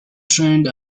trained